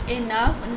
enough